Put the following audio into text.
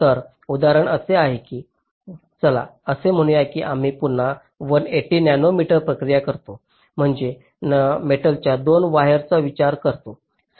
तर उदाहरण असे आहे चला असे म्हणूया की आम्ही पुन्हा 180 नॅनोमीटर प्रक्रिया करतो आम्ही मेटलच्या 2 वायर्सचा विचार करतो